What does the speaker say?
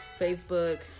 facebook